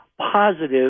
positive